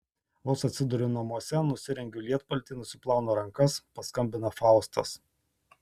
vos atsiduriu namuose nusirengiu lietpaltį nusiplaunu rankas paskambina faustas